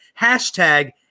hashtag